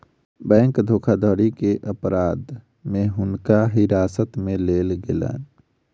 bank धोखाधड़ी के अपराध में हुनका हिरासत में लेल गेलैन